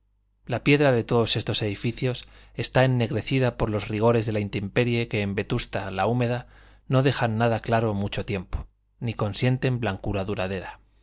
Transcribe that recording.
la piedra de todos estos edificios está ennegrecida por los rigores de la intemperie que en vetusta la húmeda no dejan nada claro mucho tiempo ni consienten blancura duradera